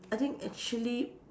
I think actually